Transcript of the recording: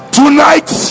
tonight